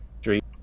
street